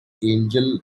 angel